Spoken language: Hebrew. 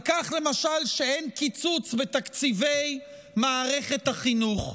על כך למשל שאין קיצוץ בתקציבי מערכת החינוך.